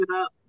up